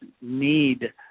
need